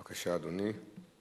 בבקשה, אדוני.